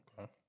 Okay